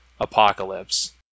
Apocalypse